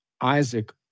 Isaac